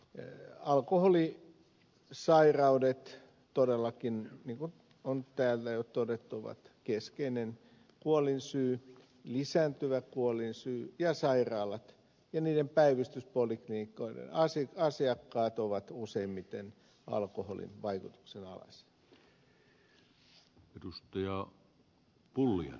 alkoholisairaudet todellakin niin kuin täällä on jo todettu ovat keskeinen kuolinsyy lisääntyvä kuolinsyy ja sairaaloiden päivystyspoliklinikoiden asiakkaat ovat useimmiten alkoholin vaikutuksen alaisia